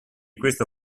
questo